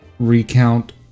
Recount